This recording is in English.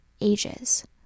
ages